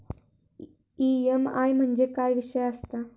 EMI म्हणजे काय विषय आसता?